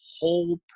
whole